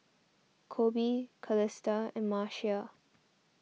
Koby Calista and Marcia